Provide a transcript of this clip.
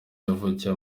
yavukiye